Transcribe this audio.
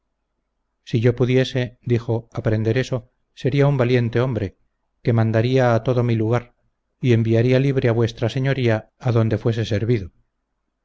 si yo pudiese dijo aprender eso sería un valiente hombre que mandarla a todo mi lugar y enviaría libre a v s adonde fuese servido